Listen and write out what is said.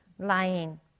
Lying